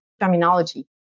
terminology